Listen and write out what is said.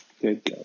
Good